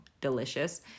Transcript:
delicious